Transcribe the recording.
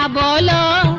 um la la